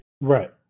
Right